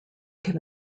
can